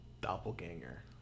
doppelganger